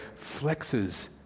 flexes